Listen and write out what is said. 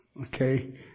Okay